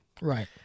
Right